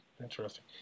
Interesting